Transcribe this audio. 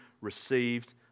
received